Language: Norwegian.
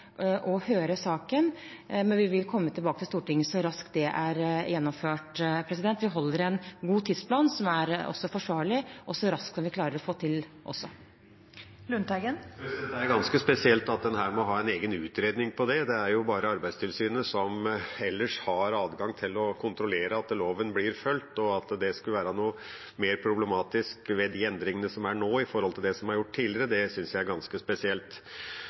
og høre saken. Vi vil komme tilbake til Stortinget så raskt det er gjennomført. Vi holder en god tidsplan, som er forsvarlig og så raskt som vi klarer å få til også. Det er ganske spesielt at en må ha en egen utredning av det. Det er bare Arbeidstilsynet som ellers har adgang til å kontrollere at loven blir fulgt, og at det skal være noe mer problematisk ved de endringene som er gjort nå i forhold til det som er gjort tidligere, syns jeg er ganske spesielt.